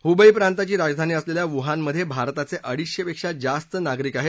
Hubei प्रांताची राजधानी असलेल्या वूहानमधे भारताचे अडीचशेपेक्षा जास्त नागरिक आहेत